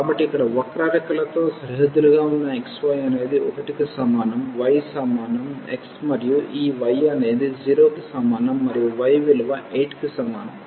కాబట్టి ఇక్కడ వక్రరేఖలతో సరిహద్దులుగా ఉన్న xy అనేది 1 కి సమానం y సమానం x మరియు ఈ y అనేది 0 కి సమానం మరియు y విలువ 8 కి సమానం